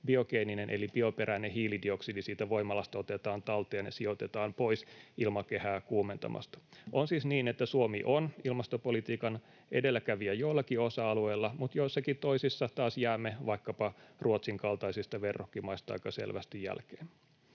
biogeeninen eli bioperäinen hiilidioksidi siitä voimalasta otetaan talteen ja sijoitetaan pois ilmakehää kuumentamasta. On siis niin, että Suomi on ilmastopolitiikan edelläkävijä joillakin osa-alueella, mutta joissakin toisissa taas jäämme vaikkapa Ruotsin kaltaisista verrokkimaista aika selvästi jälkeen.